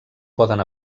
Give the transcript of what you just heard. poden